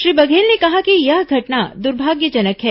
श्री बघेल ने कहा कि यह घटना दुर्भाग्यजनक है